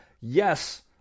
yes